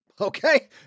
Okay